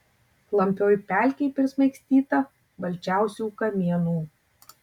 klampioj pelkėj prismaigstyta balčiausių kamienų